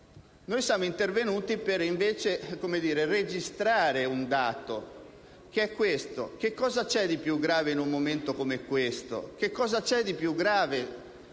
Noi siamo intervenuti per registrare un dato: cosa c'è di più grave, in un momento come questo,